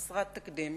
חסרת תקדים,